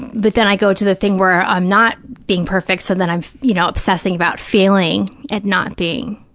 but then i go to the thing where i'm not being perfect so then i'm, you know, obsessing about failing at not being,